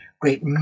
great